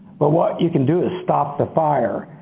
but what you can do is stop the fire.